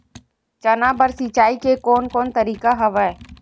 चना बर सिंचाई के कोन कोन तरीका हवय?